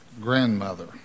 grandmother